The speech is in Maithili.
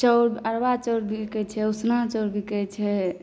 चाउर अरवा चाउर बिकै छै उसना चाउर बिकै छै